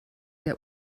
der